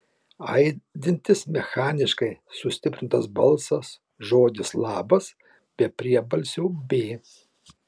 aidintis mechaniškai sustiprintas balsas žodis labas be priebalsio b